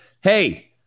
Hey